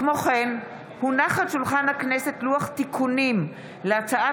כמו כן הונח על שולחן הכנסת לוח תיקונים להצעת